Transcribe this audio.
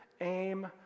aim